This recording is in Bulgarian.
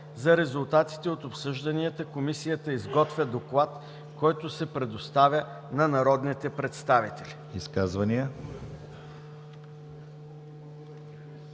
За резултатите от обсъжданията Комисията изготвя доклад, който се предоставя на народните представители.“